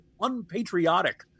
unpatriotic